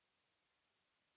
Merci